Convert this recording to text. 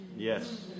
Yes